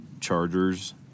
chargers